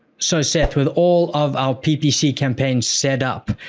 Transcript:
so, seth, with all of our ppc campaigns set up,